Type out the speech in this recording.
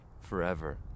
forever